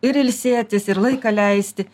ir ilsėtis ir laiką leisti